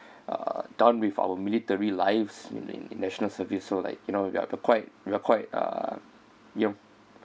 uh done with our military lives in in national service so like you know we are quite we are quite uh young